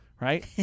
right